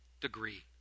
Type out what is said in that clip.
degree